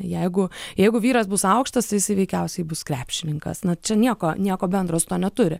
jeigu jeigu vyras bus aukštas jisai veikiausiai bus krepšininkas na čia nieko nieko bendro su tuo neturi